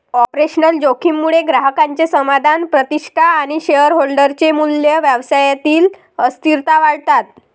operational जोखीम मुळे ग्राहकांचे समाधान, प्रतिष्ठा आणि शेअरहोल्डर चे मूल्य, व्यवसायातील अस्थिरता वाढतात